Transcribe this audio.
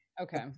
Okay